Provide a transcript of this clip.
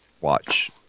watch